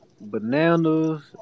bananas